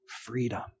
freedom